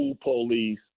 police